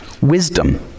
wisdom